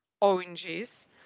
oranges